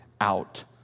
out